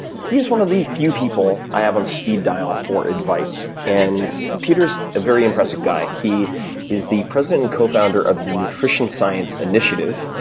he is one of the few people i have on speed dial for advice, and peter's a very impressive guy. he is the president and cofounder of the nutrition science initiative,